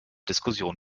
diskussion